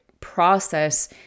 process